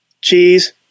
Cheese